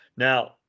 Now